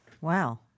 Wow